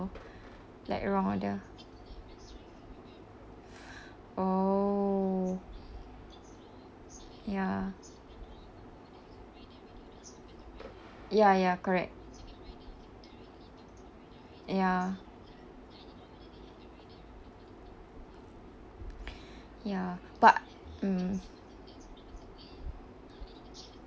like wrong order oh ya ya ya correct ya ya but mm